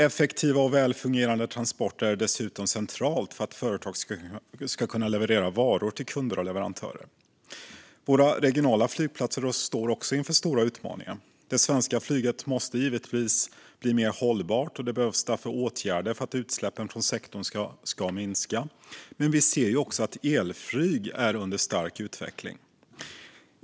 Effektiva och väl fungerande transporter är dessutom centrala för att företag ska kunna leverera varor till kunder och leverantörer. Våra regionala flygplatser står också inför stora utmaningar. Det svenska flyget måste givetvis bli mer hållbart, och det behövs därför åtgärder för att utsläppen från sektorn ska minska. Men vi ser också att elflyg är under stark utveckling.